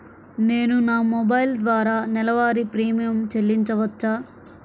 నేను నా మొబైల్ ద్వారా నెలవారీ ప్రీమియం చెల్లించవచ్చా?